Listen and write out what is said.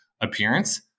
appearance